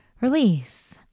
release